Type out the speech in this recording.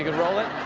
ah roll it?